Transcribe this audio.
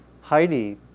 Heidi